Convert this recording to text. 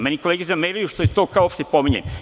Meni kolege zameraju što to uopšte pominjem.